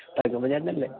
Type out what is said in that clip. ചേട്ടനല്ലേ